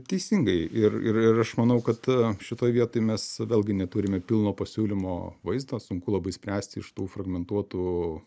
teisingai ir ir ir aš manau kad šitoj vietoj mes vėlgi neturime pilno pasiūlymo vaizdo sunku labai spręsti iš tų fragmentuotų